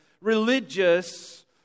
religious